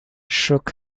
shook